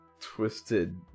twisted